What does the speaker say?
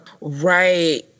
Right